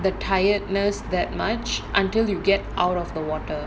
the tiredness that much until you get out of the water